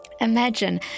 Imagine